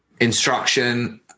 instruction